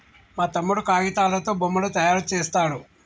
మా తమ్ముడు కాగితాలతో బొమ్మలు తయారు చేస్తాడు